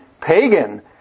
pagan